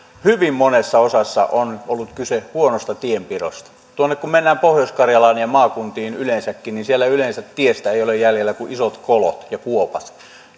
hyvin monessa osassa on ollut kyse huonosta tienpidosta tuonne kun mennään pohjois karjalaan ja maakuntiin yleensäkin niin siellä yleensä tiestä ei ole jäljellä kuin isot kolot ja kuopat